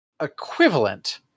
equivalent